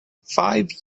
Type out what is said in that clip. five